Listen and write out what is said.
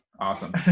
Awesome